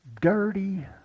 dirty